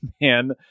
man